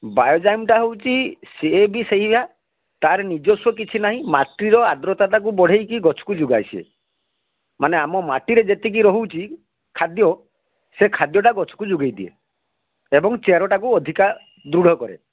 ବାୟଯ୍ୟାମଟା ହଉଛି ସିଏ ବି ସେଇଆ ତାର ନିଜସ୍ବ କିଛି ନାହି ମାଟିର ଆଦ୍ରତା ଟାକୁ ବଢ଼େଇକି ଗଛକୁ ଯୋଗାଏ ସିଏ ମାନେ ଆମ ମାଟିରେ ଯେତିକି ରହୁଛି ଖାଦ୍ୟ ସେ ଖାଦ୍ୟଟା ଗଛକୁ ଯୋଗାଇ ଦିଏ ଏବଂ ଚେରଟାକୁ ଅଧିକା ଦୃଢ଼ କରେ